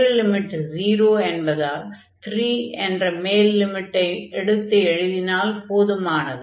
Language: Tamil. கீழ் லிமிட் 0 என்பதால் 3 என்ற மேல் லிமிட்டை எடுத்து எழுதினால் போதுமானது